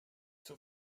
too